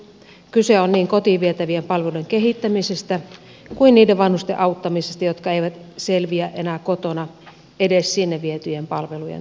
kyse on niin kotiin vietä vien palveluiden kehittämisestä kuin niiden vanhusten auttamisesta jotka eivät selviä enää kotona edes sinne vietyjen palvelujen turvin